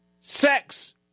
Sex